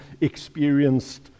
experienced